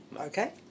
okay